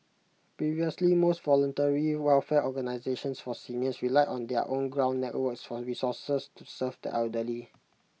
previously most voluntary welfare organisations for seniors relied on their own ground networks for resources to serve the elderly